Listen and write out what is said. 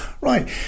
right